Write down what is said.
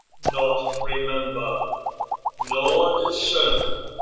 nought remember nor discern.